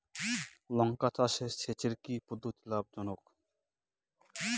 লঙ্কা চাষে সেচের কি পদ্ধতি লাভ জনক?